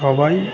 সবাই